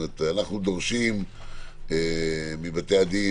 כשאנחנו דורשים מבתי הדין,